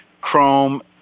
Chrome –